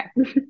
okay